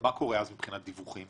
מה קורה אז מבחינת דיווחים?